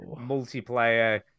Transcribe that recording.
multiplayer